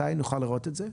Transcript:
מתי נוכל לראות את זה?